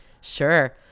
Sure